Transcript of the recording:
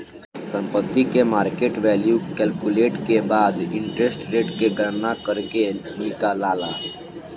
संपत्ति के market value calculate के बाद इंटरेस्ट रेट के गणना करके निकालाला